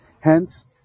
Hence